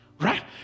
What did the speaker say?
Right